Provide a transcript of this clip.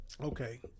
Okay